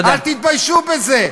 אל תתביישו בזה.